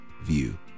view